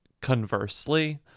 conversely